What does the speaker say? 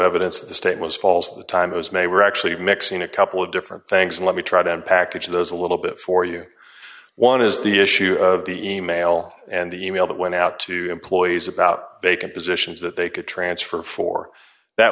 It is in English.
evidence that the state was false of the time those may were actually mixing a couple of different thanks and let me try to and package those a little bit for you one is the issue of the e mail and the e mail that went out to employees about vacant positions that they could transfer for that